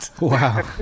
Wow